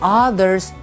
others